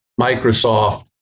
Microsoft